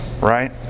right